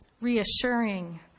reassuring